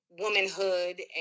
womanhood